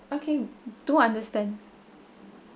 okay do understand